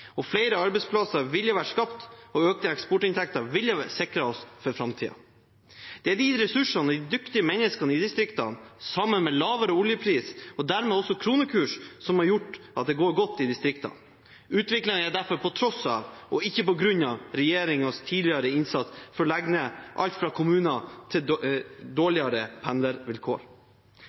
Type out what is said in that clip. og flere arbeidsplasser ville blitt skapt, og økte eksportinntekter ville sikret oss for framtiden. Det er de ressursene og de dyktige menneskene i distriktene – sammen med lavere oljepris og dermed også kronekurs – som har gjort at det går godt i distriktene. Utviklingen skjer derfor på tross av og ikke på grunn av regjeringens tidligere innsats i forbindelse med alt fra å legge ned kommuner til dårligere pendlervilkår.